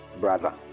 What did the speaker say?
brother